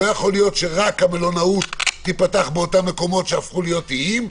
שלא יכול להיות שרק המלונאות תיפתח באותם מקומות שהפכו להיות איים,